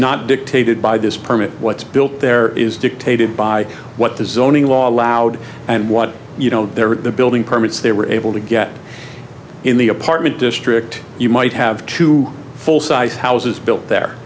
not dictated by this permit what's built there is dictated by what the zoning law allowed and what you know there at the building permits they were able to get in the apartment district you might have two full size houses built there